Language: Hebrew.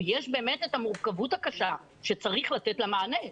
ויש את המורכבות הקשה שצריך לתת לה מענה,